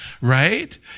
right